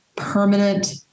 permanent